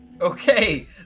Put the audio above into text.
okay